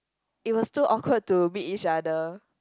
it was too awkward to meet each other